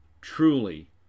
Truly